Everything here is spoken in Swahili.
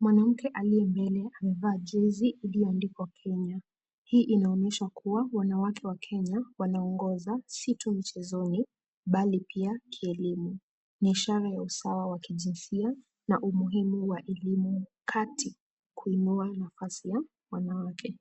Mwanamke aliye mbele amevaa jezi iliyoandikwa Kenya. Hii inaonyesha kuwa wanawake wa Kenya wanaongoza, si tu michezoni bali pia kielimu. Ni ishara ya usawa wa kijinsia na umuhimu wa elimu kati kuinua nafasi ya wanawake.